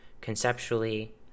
conceptually